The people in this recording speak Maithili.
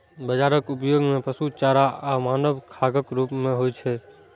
बाजराक उपयोग पशु चारा आ मानव खाद्यक रूप मे होइ छै